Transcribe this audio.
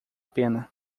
pena